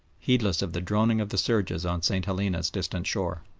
heedless of the droning of the surges on st. helena's distant shore.